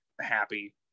happy